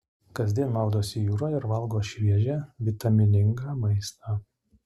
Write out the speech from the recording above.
kasdien maudosi jūroje ir valgo šviežią vitaminingą maistą